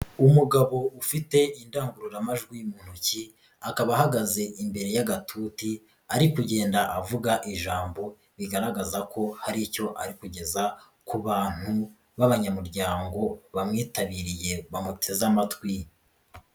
Umugabo ufite indangururamajwi mu ntoki, akaba ahagaze imbere y'agatuti ari kugenda avuga ijambo, rigaragaza ko hari icyo ari kugeza ku bantu b'abanyamuryango bamwitabiriye bamuteze amatwi.